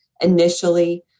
initially